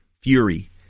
fury